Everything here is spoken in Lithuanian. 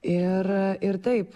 ir ir taip